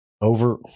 Over